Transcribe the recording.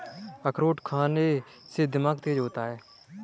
अखरोट खाने से दिमाग तेज होता है